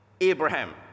Abraham